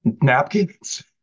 napkins